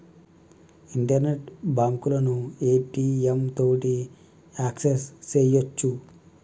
internet బాంకులను ATM తోటి access సెయ్యొచ్చు